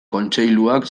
kontseiluak